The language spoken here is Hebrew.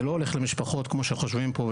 זה לא הולך למשפחות כמו שחושבים פה,